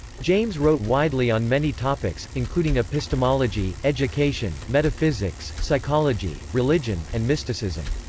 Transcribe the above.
james wrote widely on many topics, including epistemology, education, metaphysics, psychology, religion, and mysticism.